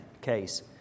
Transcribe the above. case